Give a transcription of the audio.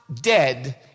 dead